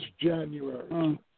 January